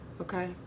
Okay